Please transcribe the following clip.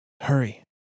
Hurry